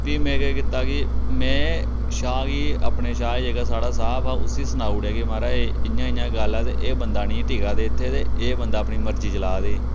फ्ही में केह् कीता कि में शाह् गी अपने शाह् जेह्का साढ़ा साह्ब उसी सनाउड़ेआ कि महाराज इ'यां इ'यां गल्ल ऐ ते एह् बंदा नी टिका दा ई इत्थे ते एह् बंदा अपनी मर्जी चला दा ई